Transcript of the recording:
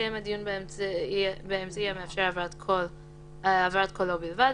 - יתקיים הדיון באמצעי המאפשר העברת קולו בלבד,